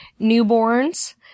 newborns